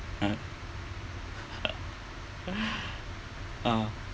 (uh huh)